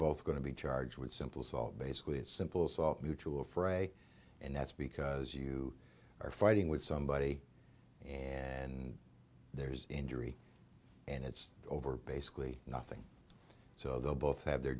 both going to be charged with simple assault basically it's simple assault mutual friday and that's because you are fighting with somebody and there's injury and it's over basically nothing so they'll both have their